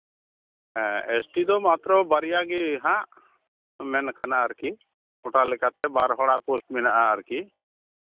ᱦᱮᱸ ᱮᱥᱴᱤ ᱫᱚ ᱢᱟᱛᱨᱚ ᱵᱟᱨᱭᱟ ᱜᱮ ᱦᱟᱸᱜ ᱢᱮᱱ ᱠᱟᱱᱟ ᱟᱨᱠᱤ ᱠᱳᱴᱟ ᱞᱮᱠᱟᱛᱮ ᱵᱟᱨ ᱦᱚᱲᱟᱜ ᱯᱳᱥᱴ ᱢᱮᱱᱟᱜᱼᱟ ᱟᱨᱠᱤ